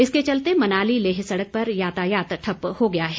इसके चलते मनाली लेह सड़क पर यातायात ठप्प हो गया है